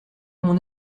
mon